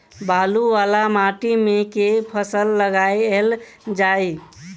बालू वला माटि मे केँ फसल लगाएल जाए?